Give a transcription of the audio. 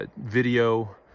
video